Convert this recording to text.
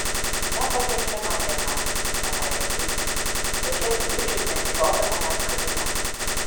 nepakenčiama diena pasakė keitė tokie du bičai nesiliovė manęs kabinę